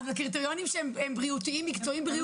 אבל קריטריונים שהם מקצועיים בריאותית.